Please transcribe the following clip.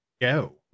go